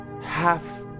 half